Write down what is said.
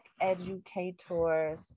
educators